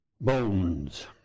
bones